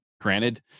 granted